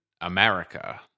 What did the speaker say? America